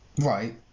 Right